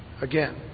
again